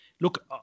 Look